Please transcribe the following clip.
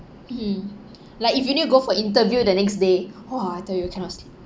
mm like if you need go for interview the next day !whoa! I tell you cannot sleep